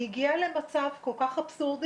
היא הגיעה למצב כל כך אבסורדי